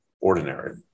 ordinary